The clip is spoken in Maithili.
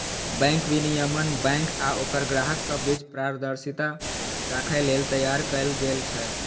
बैंक विनियमन बैंक आ ओकर ग्राहकक बीच पारदर्शिता राखै लेल तैयार कैल गेल छै